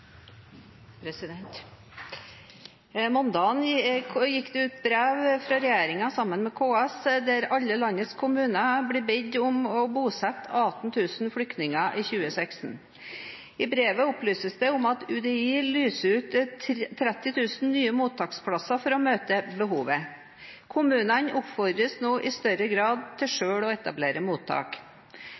sammen med KS, der alle landets kommuner blir bedt om å bosette 18 000 flyktninger i 2016. I brevet opplyses det om at UDI lyser ut 30 000 nye mottaksplasser for å møte behovet. Kommunene oppfordres nå i større grad til selv å etablere mottak.